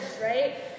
right